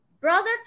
brother